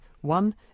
one